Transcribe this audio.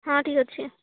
ହଁ ଠିକ୍ ଅଛି